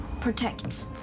Protect